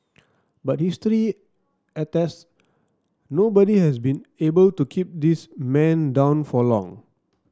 but history attests nobody has been able to keep this man down for long